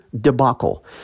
debacle